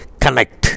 connect